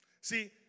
See